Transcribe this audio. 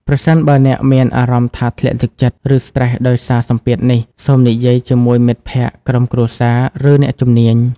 ប្រសិនបើអ្នកមានអារម្មណ៍ថាធ្លាក់ទឹកចិត្ត ឬស្រ្តេសដោយសារសម្ពាធនេះ សូមនិយាយជាមួយមិត្តភក្តិ ក្រុមគ្រួសារ ឬអ្នកជំនាញ។